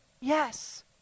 yes